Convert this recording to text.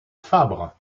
fabre